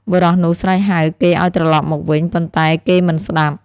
បុរសនោះស្រែកហៅគេឱ្យត្រឡប់មកវិញ ប៉ុន្តែគេមិនស្ដាប់។